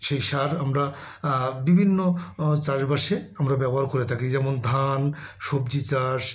সেই সার আমরা বিভিন্ন চাষবাসে আমরা ব্যবহার করে থাকি যেমন ধান সবজি চাষ